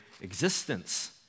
existence